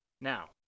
Now